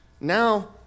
now